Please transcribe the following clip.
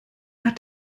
hat